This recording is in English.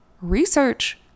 research